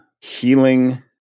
healing